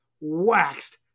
waxed